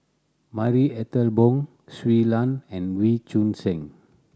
Marie Ethel Bong Shui Lan and Wee Choon Seng